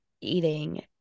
eating